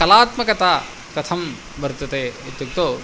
कलात्मकता कथं वर्तते इत्युक्तौ